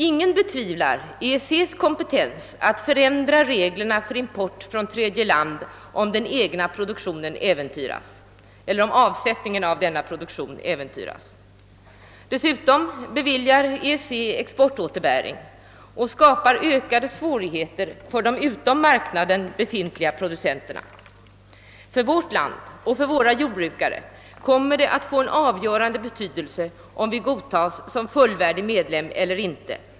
Ingen betvivlar EEC:s kompetens att förändra reglerna för import från tredje land, om avsättningen av den egna produktionen äventyras. Dessutom beviljar EEC exportåterbäring och skapar ökade svårigheter för de utom marknaden befintliga producenterna. För vårt land och för våra jordbrukare kommer det att få en avgörande betydelse om vi godtas som fullvärdig medlem eller inte.